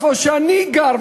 איפה שאני גר,